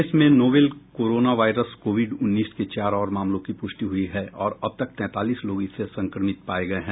देश में novel corona virus covid उन्नीस के चार और मामलों की पुष्टि हुई है और अब तक तैंतालीस लोग इससे संक्रमित पाए गए है